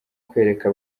kwereka